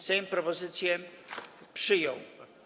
Sejm propozycję przyjął.